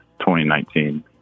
2019